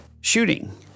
shooting